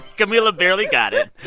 camila barely got it.